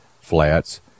flats